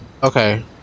Okay